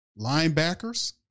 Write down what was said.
linebackers